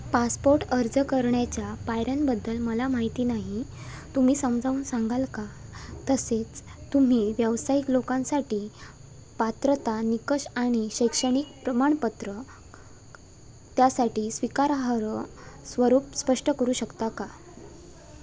passport अर्ज करण्याच्या पायऱ्यांबद्दल मला माहिती नाही तुम्ही समजावून सांगाल का तसेच तुम्ही व्यावसायिक लोकांसाठी पात्रता निकष आणि शैक्षणिक प्रमाणपत्र त्यासाठी स्वीकारार्ह स्वरूप स्पष्ट करू शकता का